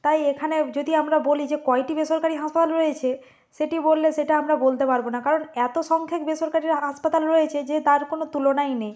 তাই এখানে যদি আমরা বলি যে কয়টি বেসরকারি হাসপাতাল রয়েছে সেটি বললে সেটা আমরা বলতে পারবো না কারণ এতো সংখ্যক বেসরকারি হাসপাতাল রয়েছে যে তার কোনো তুলনাই নেই